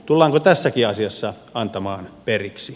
tullaanko tässäkin asiassa antamaan periksi